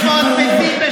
500 מתים.